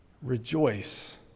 Rejoice